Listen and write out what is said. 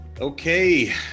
Okay